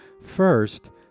First